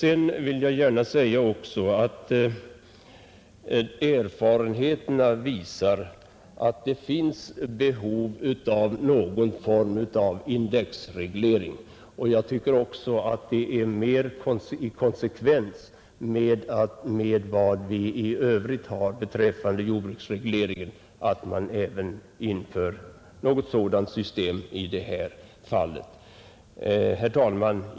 Erfarenheterna från den tid stödet fungerat visar att det finns behov av någon form av indexreglering. Jag tycker också att det är mer i konsekvens med vad vi i övrigt har beträffande jordbruksregleringen att man även inför något sådant system i det här fallet. Herr talman!